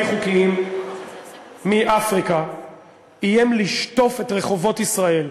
חוקיים מאפריקה איים לשטוף את רחובות ישראל,